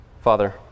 Father